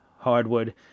Hardwood